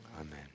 Amen